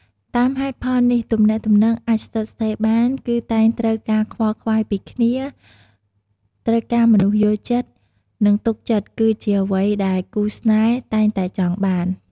តាមហេតុផលនេះទំនាក់ទំនងអាចស្ថិតស្ថេរបានគឺតែងត្រូវការខ្វល់ខ្វាយពីគ្នា ការមនុស្សយល់ចិត្ត និងទុកចិត្តគឺជាអ្វីដែលគូរស្នេហ៍តែងតែចង់បាន។